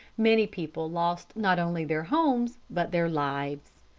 many people lost not only their homes but their lives.